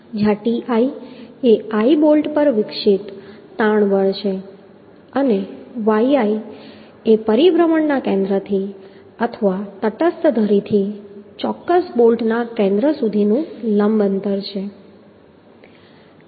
જ્યાં Ti એ i bolt પર વિકસિત તાણ બળ છે અને yi એ પરિભ્રમણના કેન્દ્રથી અથવા તટસ્થ ધરીથી ચોક્કસ બોલ્ટના કેન્દ્ર સુધીનું લંબ અંતર છે